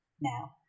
now